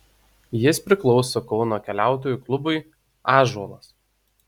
jis priklauso kauno keliautojų klubui ąžuolas